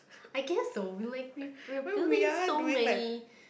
I guess so we like we were building so many